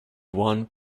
one